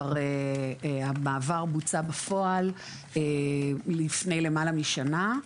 המעבר בוצע בפועל לפני למעלה משנה.